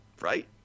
right